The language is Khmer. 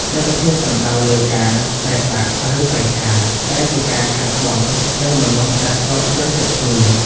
មិត្តភាពសំដៅលើការ បែកបាក់ ឬប្រេះឆា ដែលជាការខាតបង់នូវមនុស្សដែលធ្លាប់យល់ចិត្តគ្នា។